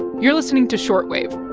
you're listening to short wave